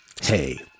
Hey